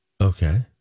Okay